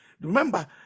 remember